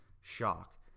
shock